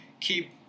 keep